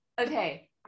Okay